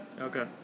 Okay